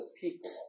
people